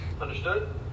Understood